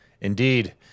Indeed